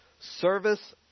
Service